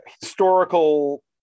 historical